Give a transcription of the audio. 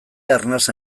arnasa